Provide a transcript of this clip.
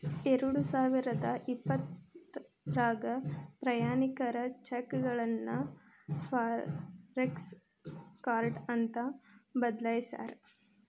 ಎರಡಸಾವಿರದ ಇಪ್ಪತ್ರಾಗ ಪ್ರಯಾಣಿಕರ ಚೆಕ್ಗಳನ್ನ ಫಾರೆಕ್ಸ ಕಾರ್ಡ್ ಅಂತ ಬದಲಾಯ್ಸ್ಯಾರ